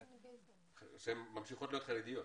שהן ממשיכות להיות חרדיות?